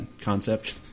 concept